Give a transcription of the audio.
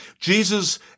Jesus